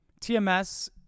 TMS